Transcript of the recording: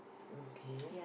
K